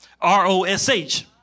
R-O-S-H